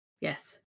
yes